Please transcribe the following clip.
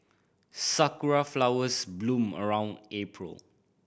sakura flowers bloom around April